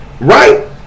Right